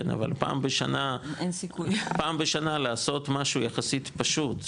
אבל פעם בשנה לעשות משהו יחסית פשוט,